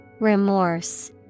Remorse